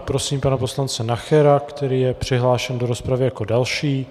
Prosím pana poslance Nachera, který je přihlášen do rozpravy jako další.